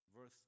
verse